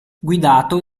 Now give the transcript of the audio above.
guidato